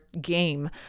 Game